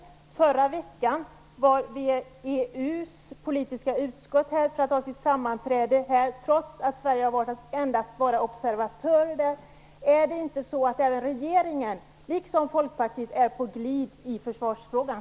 I förra veckan var VEU:s politiska utskott här för att ha sitt sammanträde, trots att Sverige har valt att endast vara observatör. Är det inte så att även regeringen, liksom Folkpartiet, är på glid i försvarsfrågan?